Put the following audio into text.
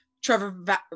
Trevor